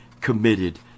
committed